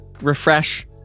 refresh